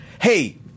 hey